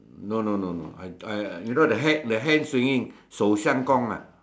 no no no no I I you know the hand the hand swinging shou-shang-gong ah